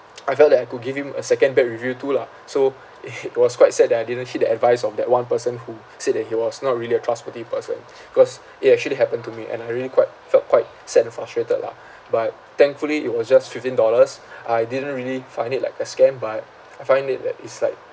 I felt that I could give him a second bad review too lah so it was quite sad that I didn't heed the advice of that one person who said that he was not really a trustworthy person cause it actually happened to me and I really quite felt quite sad and frustrated lah but thankfully it was just fifteen dollars I didn't really find it like a scam but I find it that is like